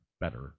Better